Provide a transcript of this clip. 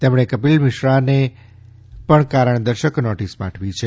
તેમણે કપિલ મિશ્રાને પણ કારણદર્શક નોટીસ પાઠવી છે